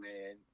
man